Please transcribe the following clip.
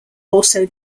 also